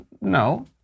No